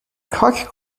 cock